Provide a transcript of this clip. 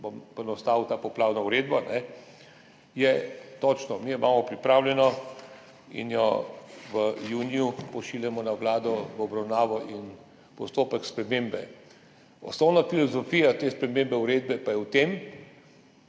bom poenostavil to poplavno uredbo, je točno. Mi jo imamo pripravljeno in jo v juniju pošiljamo na Vlado v obravnavo in postopek spremembe. Osnovna filozofija te spremembe uredbe pa je v tem,